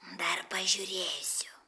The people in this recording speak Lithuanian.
dar pažiūrėsiu